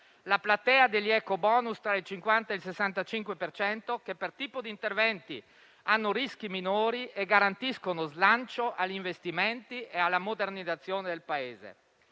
la platea degli ecobonus tra il 50 e il 65 per cento, che per il tipo di interventi hanno rischi minori e garantiscono slancio agli investimenti e alla modernizzazione del Paese.